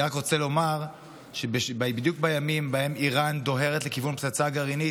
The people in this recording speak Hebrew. אני רק רוצה לומר שבדיוק בימים שבהם איראן דוהרת לכיוון פצצה גרעינית,